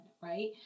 right